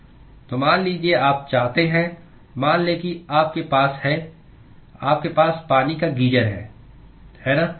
तो मान लीजिए आप चाहते हैं मान लें कि आपके पास है आपके पास पानी का गीजर है है ना